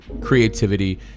creativity